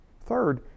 Third